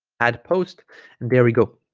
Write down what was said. add post and there we go